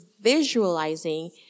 visualizing